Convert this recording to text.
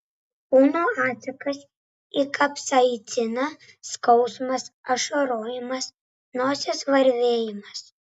kūno atsakas į kapsaiciną skausmas ašarojimas nosies varvėjimas